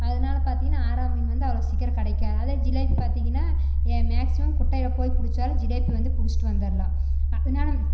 அதனால பார்த்தீங்கனா ஆரா மீன் வந்து அவ்வளோ சீக்கிரம் கிடைக்காது அதே ஜிலேபி பார்த்தீங்கனா எ மேக்ஸிமம் குட்டையில் போய் பிடுச்சாலும் ஜிலேபி வந்து பிடுச்சுட்டு வந்துடலாம் இதனால